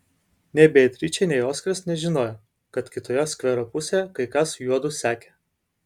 nei beatričė nei oskaras nežinojo kad kitoje skvero pusėje kai kas juodu sekė